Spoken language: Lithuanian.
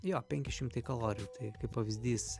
jo penki šimtai kalorijų taip kaip pavyzdys